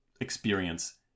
experience